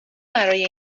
برای